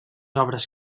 obres